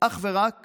אך ורק